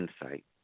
Insight